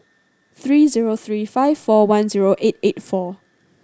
three zero three five four one zero eight eight four